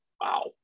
wow